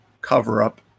cover-up